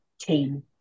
team